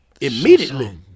immediately